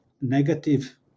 negative